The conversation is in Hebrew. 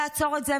לעצור את זה,